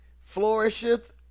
flourisheth